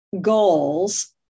goals